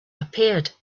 appeared